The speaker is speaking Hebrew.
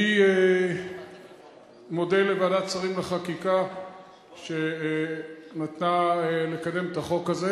אני מודה לוועדת השרים לחקיקה שנתנה לקדם את החוק הזה.